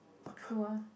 true ah